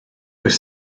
oes